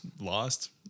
lost